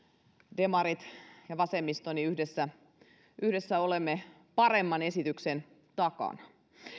demarit ja vasemmisto yhdessä yhdessä olemme paremman esityksen takana